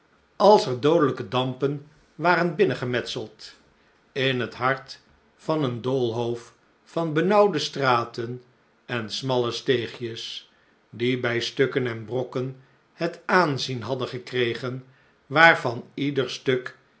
als er doodelijke dampen waren binnengemetseld in het hart van een doolhof van benauwde straten en smalle steegjes die bij stukken en brokken het aanzijn hadden gekregen waarvan ieder stuk